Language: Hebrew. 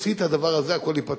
תוציא את הדבר הזה והכול ייפתר.